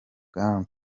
bwana